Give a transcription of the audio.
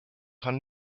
kann